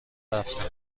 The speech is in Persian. رفتم